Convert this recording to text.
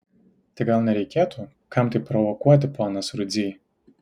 tai gal nereikėtų kam tai provokuoti ponas rudzy